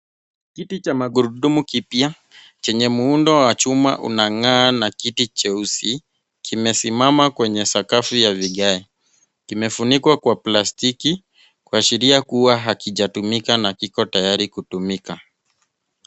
Kiti cha magurudumu kipya chenye muundo wa chuma unang'aa na kiti cheusi kimesimama kwenye sakafu ya vigae. Kimefunikwa kwa plastiki kuashiria kuwa hakijatumika na kiko tayari kutumika,